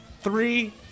Three